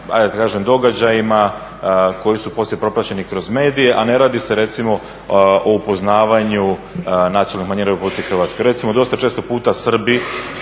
događajima koji su poslije popraćeni kroz medije, a ne radi se recimo o upoznavanju nacionalnih manjina u RH. Recimo dosta često puta Srbi